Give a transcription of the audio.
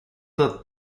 that